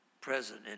present